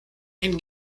and